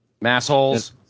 Massholes